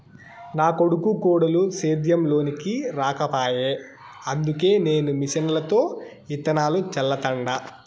నా కొడుకు కోడలు సేద్యం లోనికి రాకపాయె అందుకే నేను మిషన్లతో ఇత్తనాలు చల్లతండ